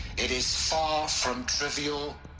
it is far from trivial.